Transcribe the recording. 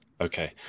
Okay